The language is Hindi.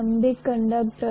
छात्र हमें रिश्ता मिलता है